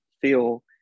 feel